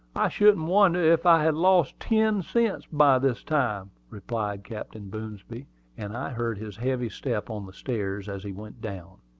i shouldn't wonder if i had lost ten cents by this time, replied captain boomsby and i heard his heavy step on the stairs as he went down.